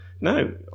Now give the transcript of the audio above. no